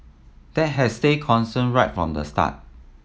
that has stayed constant right from the start